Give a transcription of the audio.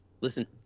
listen